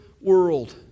world